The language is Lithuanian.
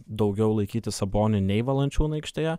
daugiau laikyti sabonį nei valančiūną aikštėje